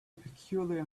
peculiar